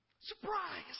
Surprise